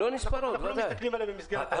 לא מסתכלים עליהן במסגרת האשראי.